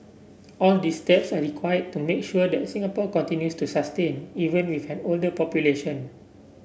all these steps are required to make sure that Singapore continues to sustain even with an older population